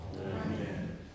Amen